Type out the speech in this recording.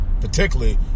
particularly